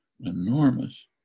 enormous